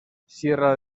sierra